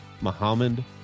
muhammad